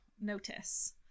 notice